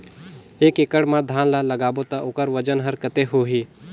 एक एकड़ मा धान ला लगाबो ता ओकर वजन हर कते होही?